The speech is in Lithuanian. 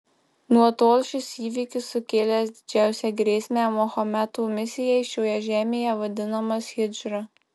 nuo tol šis įvykis sukėlęs didžiausią grėsmę mahometo misijai šioje žemėje vadinamas hidžra